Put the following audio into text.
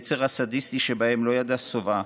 היצר הסדיסטי שבהם לא ידע שובעה.